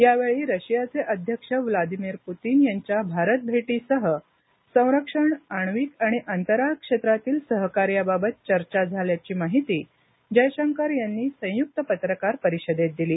यावेळी रशियाचे अध्यक्ष व्लादिमीर पुतीन यांच्या भारत भेटीसह संरक्षण आणिवक आणि अंतराळ क्षेत्रातील सहकार्याबाबत चर्चा झाल्याची माहिती जयशंकर यांनी संयुक्त पत्रकार परिषदेत दिली